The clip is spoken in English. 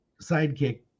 sidekick